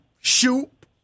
Shoot